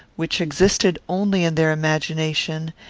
which existed only in their imagination,